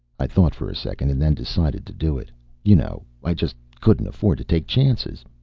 i thought for a second and then decided to do it you know, i just couldn't afford to take chances.